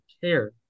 care